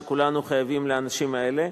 שכולנו חייבים לאנשים האלה.